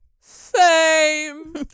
fame